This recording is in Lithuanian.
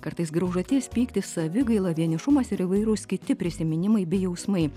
kartais graužatis pyktis savigaila vienišumas ir įvairūs kiti prisiminimai bei jausmai